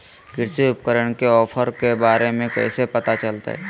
कृषि उपकरण के ऑफर के बारे में कैसे पता चलतय?